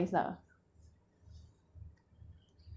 and she received a lot of D_M from guys lah